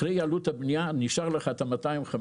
אחרי עלות הבנייה נשאר 250,